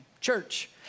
church